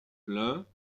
plains